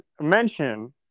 mention